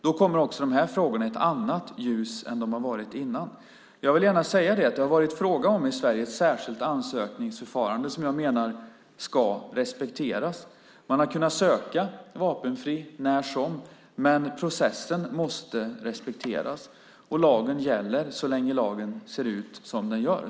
Då kommer också dessa frågor i ett annat ljus än de varit tidigare. Jag vill gärna säga att det i Sverige varit fråga om ett särskilt ansökningsförfarande som jag menar ska respekteras. Man har kunnat söka vapenfrihet när som helst, men processen måste respekteras. Lagen gäller så länge den ser ut som den gör.